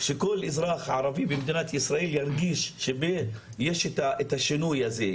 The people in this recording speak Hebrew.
שכל אזרח ערבי במדינת ישראל ירגיש שבאמת יש את השינוי הזה?